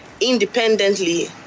independently